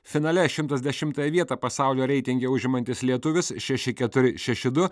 finale šimtas dešimtąją vietą pasaulio reitinge užimantis lietuvis šeši keturi šeši du